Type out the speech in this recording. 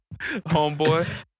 homeboy